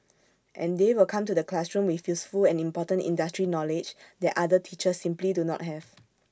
and they will come to the classroom with useful and important industry knowledge that other teachers simply do not have